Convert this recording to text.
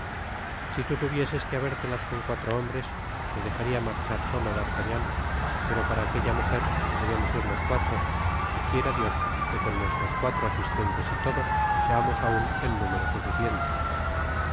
si tu tuvieses que habértelas con cuatro hombres te dejaria marchar solo d'artagnan pero para aque'la mujer debemos ir los cuatro y quiera dios que con nuestros cuatro asistentes y todo seamos aun en número suficiente